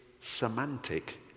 semantic